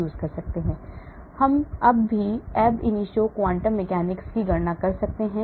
हम भी ab initio quantum mechanics गणना कर सकते हैं